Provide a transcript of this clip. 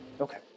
Okay